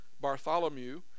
bartholomew